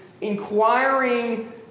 inquiring